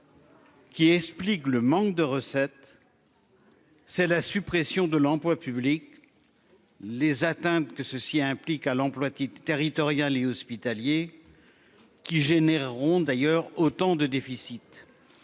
Qui explique le manque de recettes. C'est la suppression de l'emploi public. Les atteintes que ceci implique à l'emploi tit territorial et hospitalier. Qui généreront d'ailleurs autant de déficit.